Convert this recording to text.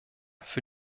für